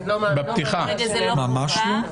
לא, ממש לא.